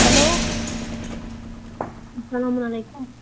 hello السلامُ علیکُم